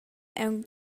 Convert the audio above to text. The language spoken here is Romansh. aunc